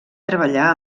treballar